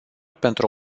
pentru